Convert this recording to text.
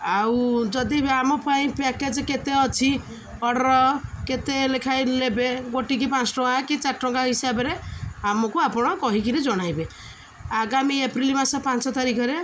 ଆଉ ଯଦି ଆମ ପାଇଁ ପ୍ୟାକେଜ କେତେ ଅଛି ଅର୍ଡର୍ କେତେ ଲେଖାଏଁ ନେବେ ଗୋଟିକୁ ପାଞ୍ଚ ଟଙ୍କା କି ଚାରି ଟଙ୍କା ହିସାବରେ ଆମକୁ ଆପଣ କହିକି ଜଣାଇବେ ଆଗାମୀ ଏପ୍ରିଲ ମାସ ପାଞ୍ଚ ତାରିଖରେ